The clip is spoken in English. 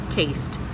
taste